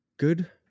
Good